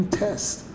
test